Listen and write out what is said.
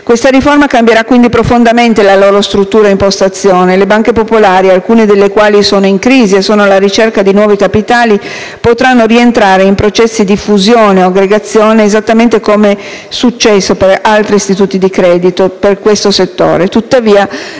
Questa riforma cambierà quindi profondamente la loro struttura ed impostazione. Le banche popolari, alcune delle quali sono in crisi e sono alla ricerca di nuovi capitali, potranno rientrare in processi di fusione o aggregazione esattamente come successo per altri istituti di credito in questo settore.